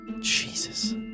Jesus